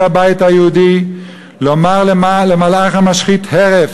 הבית היהודי לומר למלאך המשחית: הרף.